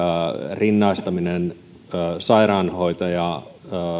rinnastaminen sairaanhoitajan